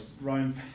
Ryan